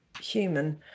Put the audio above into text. human